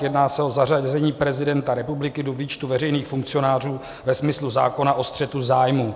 Jedná se o zařazení prezidenta republiky do výčtu veřejných funkcionářů ve smyslu zákona o střetu zájmů.